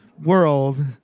world